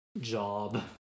job